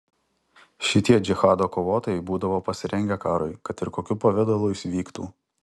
šitie džihado kovotojai būdavo pasirengę karui kad ir kokiu pavidalu jis vyktų